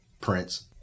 Prince